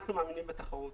בתחרות.